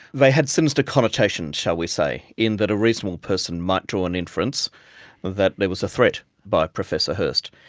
they had sinister connotations, shall we say, in that a reasonable person might draw an inference that there was a threat by professor hirst.